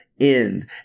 end